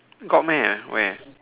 got meh where